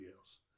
else